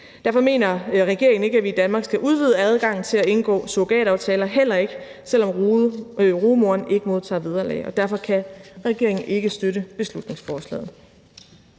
Derfor mener regeringen ikke, at vi i Danmark skal udvide adgangen til at indgå surrogataftaler, heller ikke selv om rugemoren ikke modtager vederlag, og derfor kan regeringen ikke støtte beslutningsforslaget.